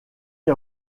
est